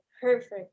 perfect